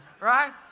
right